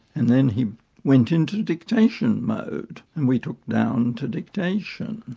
and then he went into dictation mode, and we took down to dictation.